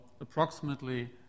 approximately